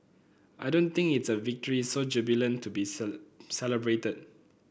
I don't think it's a victory so jubilant to be celebrated